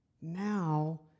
now